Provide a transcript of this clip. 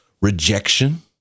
rejection